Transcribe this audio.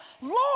Lord